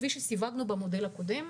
כפי שסיווגנו במודל הקודם.